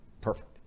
perfect